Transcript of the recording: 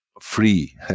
free